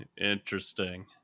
interesting